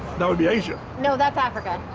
that would be asia. no, that's africa.